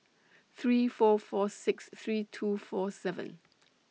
three four four six three two four seven